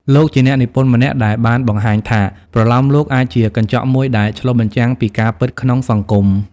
លោកជាអ្នកនិពន្ធម្នាក់ដែលបានបង្ហាញថា ប្រលោមលោកអាចជាកញ្ចក់មួយដែលឆ្លុះបញ្ចាំងពីការពិតក្នុងសង្គម។